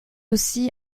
aussi